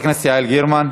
חברת הכנסת יעל גרמן.